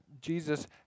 Jesus